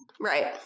right